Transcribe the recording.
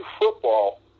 football